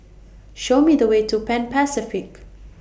Show Me The Way to Pan Pacific